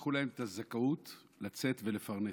לקחו להן את הזכאות לצאת ולפרנס.